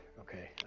Okay